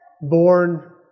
born